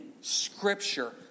Scripture